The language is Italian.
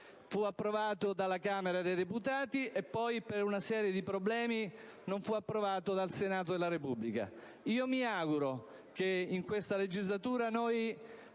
fu approvato dalla Camera dei deputati e poi, per una serie di problemi, non fu approvato dal Senato della Repubblica. Mi auguro che in questa legislatura potremo